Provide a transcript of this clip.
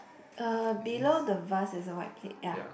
uh below the vase there's a white plate ya